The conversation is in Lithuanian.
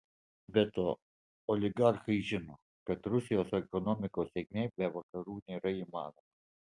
be to oligarchai žino kad rusijos ekonomikos sėkmė be vakarų nėra įmanoma